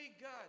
God